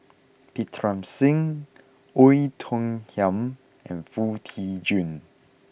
Pritam Singh Oei Tiong Ham and Foo Tee Jun